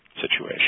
situation